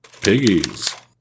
Piggies